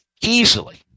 easily